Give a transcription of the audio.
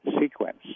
sequence